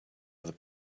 other